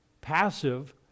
passive